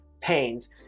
pains